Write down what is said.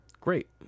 Great